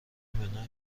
منوی